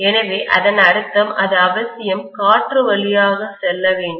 எனவே அதன் அர்த்தம் அது அவசியம் காற்று வழியாக செல்ல வேண்டும்